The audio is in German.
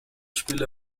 spiele